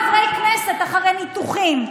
בשנייה ומביאה חברי כנסת אחרי ניתוחים,